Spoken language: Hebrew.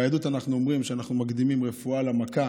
ביהדות אנחנו אומרים שאנחנו מקדימים רפואה למכה.